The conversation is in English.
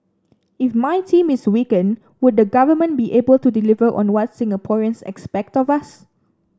if my team is weakened would the government be able to deliver on what Singaporeans expect of us